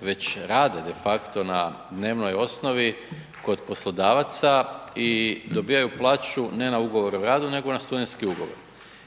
već rade de facto na dnevnoj osnovi kod poslodavaca i dobivaju plaću ne na ugovor o radu nego na studentski ugovor.